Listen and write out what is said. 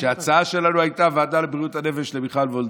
כשההצעה שלנו הייתה ועדה לבריאות הנפש למיכל וולדיגר.